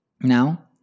Now